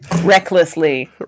recklessly